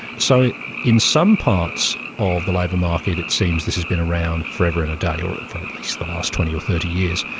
so in some parts of the labour market it seems this has been around forever and a day, or for at least the last twenty or thirty years.